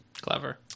Clever